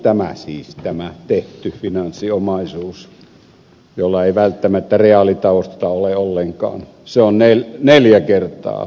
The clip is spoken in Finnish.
finanssiomaisuus siis tämä tehty finanssiomaisuus jolla ei välttämättä reaalitaustaa ole ollenkaan on neljä kertaa globaali bruttokansantuote